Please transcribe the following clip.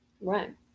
Right